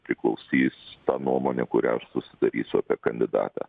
priklausys ta nuomonė kurią aš susidarysiu apie kandidatą